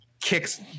Kicks